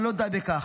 אבל לא די בכך.